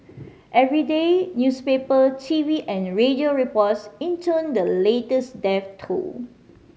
every day newspaper T V and radio reports intoned the latest death toll